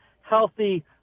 healthy